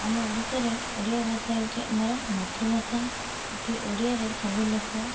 ଆମ ଓଡ଼ିଶାରେ ଓଡ଼ିଆ ଭାଷା ହେଉଛି ଆମର ମାତୃଭାଷା ଏଠି ଓଡ଼ିଆରେ ସବୁ ଲୋକ